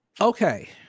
okay